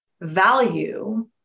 value